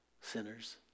sinners